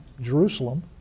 Jerusalem